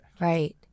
right